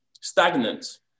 stagnant